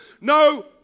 No